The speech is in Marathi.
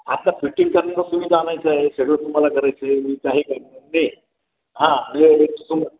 आत्ता फिटिंग करणेचा सुविधा आणायचा आहे शेड्युल तुम्हाला करायचं आहे मी काही करणे हां मग एक तुम